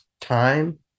time